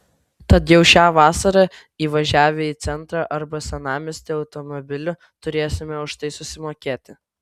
tad jau šią vasarą įvažiavę į centrą arba senamiestį automobiliu turėsime už tai susimokėti